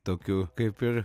tokių kaip ir